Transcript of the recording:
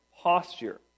Posture